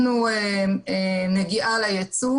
נגיעה ליצוא.